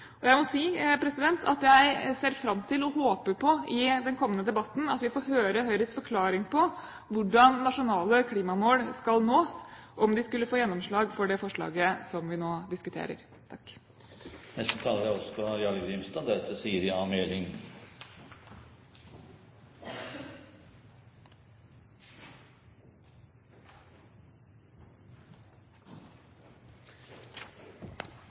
II. Jeg må si at jeg ser fram til, og håper på, i den kommende debatten at vi får høre Høyres forklaring på hvordan nasjonale klimamål skal nås, om man skulle få gjennomslag for det forslaget vi nå diskuterer. Det er